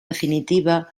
definitiva